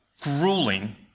grueling